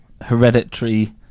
Hereditary